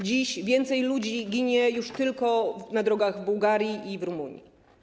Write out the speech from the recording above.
Dziś więcej ludzi ginie już tylko na drogach w Bułgarii i w Rumunii.